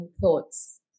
thoughts